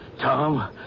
Tom